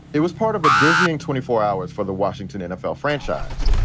it was part of a dizzying twenty four hours for the washington nfl franchise.